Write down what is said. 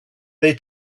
they